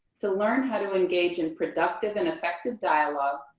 to learn how to engage in productive and effective dialogue,